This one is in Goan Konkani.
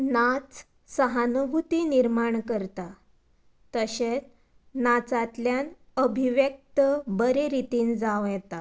नाच सहानुभुती निर्माण करता तशें नाचांतल्यान अभिव्यक्त बरे रितीन जावं येता